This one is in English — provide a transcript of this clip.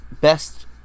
best